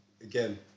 again